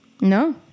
No